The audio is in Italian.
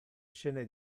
scene